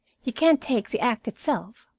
you can't take the act itself.